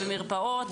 במרפאות,